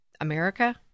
America